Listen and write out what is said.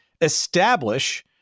establish